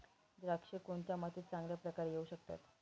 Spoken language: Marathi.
द्राक्षे कोणत्या मातीत चांगल्या प्रकारे येऊ शकतात?